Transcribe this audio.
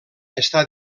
està